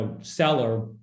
seller